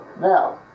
Now